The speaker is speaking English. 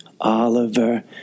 Oliver